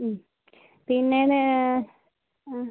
പിന്നേന്ന്